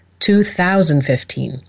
2015